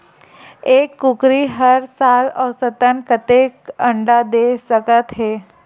एक कुकरी हर साल औसतन कतेक अंडा दे सकत हे?